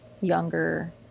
younger